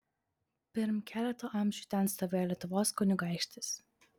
pirm keleto amžių ten stovėjo lietuvos kunigaikštis